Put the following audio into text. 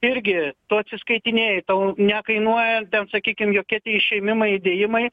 irgi tu atsiskaitinėji tau nekainuoja ten sakykim jokie tie išėmimai įdėjimai